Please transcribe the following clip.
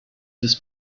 des